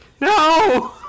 No